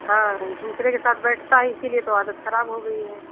हाँ दूसरे के साथ बैठता है इसीलिए तो आदत ख़राब हो गई है